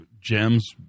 gems